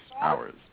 hours